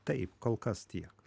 taip kol kas tiek